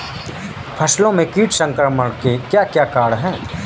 फसलों में कीट संक्रमण के क्या क्या कारण है?